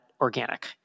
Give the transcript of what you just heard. organic